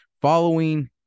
Following